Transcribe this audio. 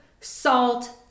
salt